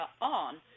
on